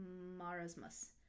Marasmus